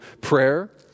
prayer